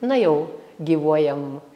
na jau gyvuojam